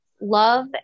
love